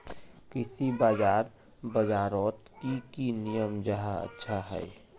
कृषि बाजार बजारोत की की नियम जाहा अच्छा हाई?